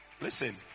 Listen